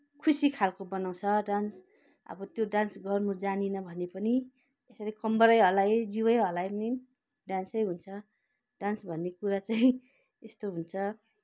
खुसी खालको बनाउँछ डान्स अब त्यो डान्स गर्नु जानिनँ भने पनि यसरी कम्मरै हल्लाए जिउै हल्लाए पनि डान्सै हुन्छ डान्स भन्ने कुरा चाहिँ त्यस्तो हुन्छ